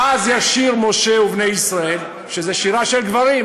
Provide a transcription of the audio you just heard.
"אז ישיר משה ובני ישראל" שזה שירה של גברים,